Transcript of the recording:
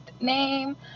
name